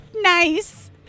nice